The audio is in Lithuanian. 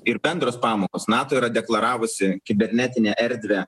ir bendros pamokos nato yra deklaravusi kibernetinę erdvę